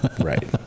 right